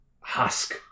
husk